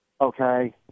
okay